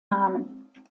namen